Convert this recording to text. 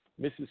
Mrs